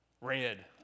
Red